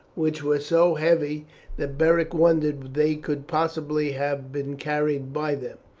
which were so heavy that beric wondered they could possibly have been carried by them.